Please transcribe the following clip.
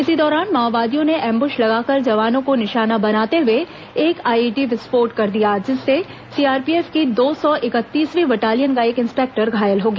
इसी दौरान माओवादियों ने एंबुश लगाकर जवानों को निशाना बनाने हुए एक आईईडी विस्फोट कर दिया जिससे सीआरपीएफ की दो सौ इकत्तीसवीं बटालियन का एक इंस्पेक्टर घायल हो गया